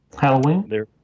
Halloween